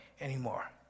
anymore